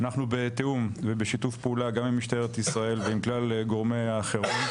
אנחנו בתיאום ובשיתוף פעולה גם עם משטרת ישראל ועם כלל גורמי החירום.